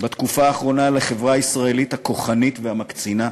בתקופה האחרונה לחברה הישראלית הכוחנית והמקצינה,